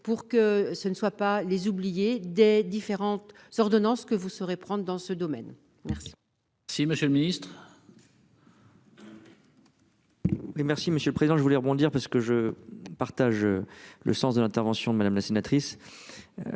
pour que ce ne soient pas les oubliés des différentes sur ordonnance que vous saurez prendre dans ce domaine. Merci.